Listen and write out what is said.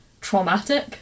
traumatic